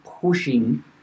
pushing